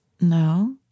no